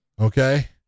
Okay